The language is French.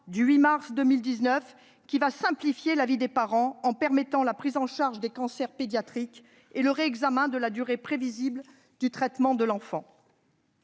du 8 mars 2019 a simplifié la vie des parents, en permettant la prise en charge des cancers pédiatriques et le réexamen de la durée prévisible de traitement de l'enfant.